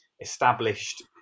established